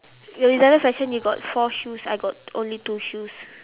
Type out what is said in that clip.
your designer fashion you got four shoes I got only two shoes